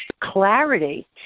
clarity